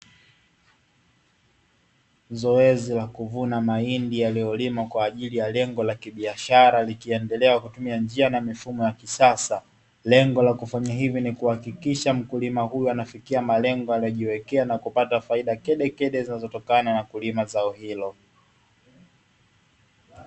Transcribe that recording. Zoezi la kuvuna mahindi yaliyolimwa kwa ajili ya lengo la kibiashara likiendelea kwa kutumia njia na mifumo ya kisasa, lengo la kufanya hivyo ni kuhakikisha mkulima huyu anafikia malengo aliyojiwekea na kupata faida kedekede zinazotokana na kulima zao hilo.